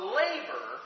labor